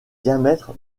diamètre